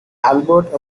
albert